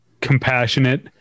compassionate